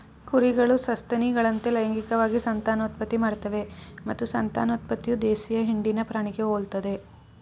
ಕುರಿಗಳು ಸಸ್ತನಿಗಳಂತೆ ಲೈಂಗಿಕವಾಗಿ ಸಂತಾನೋತ್ಪತ್ತಿ ಮಾಡ್ತವೆ ಮತ್ತು ಸಂತಾನೋತ್ಪತ್ತಿಯು ದೇಶೀಯ ಹಿಂಡಿನ ಪ್ರಾಣಿಗೆ ಹೋಲ್ತದೆ